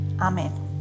Amen